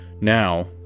Now